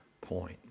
point